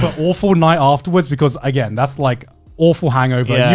but awful night afterwards, because again, that's like awful hangover. yeah